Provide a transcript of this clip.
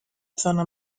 zona